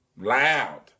loud